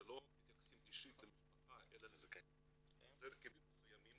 שלא מתייחסים אישית למשפחה אלא להרכבים מסוימים,